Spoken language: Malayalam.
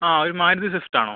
ആ ഒരു മാരുതി സ്വിഫ്റ്റ് ആണോ